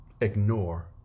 ignore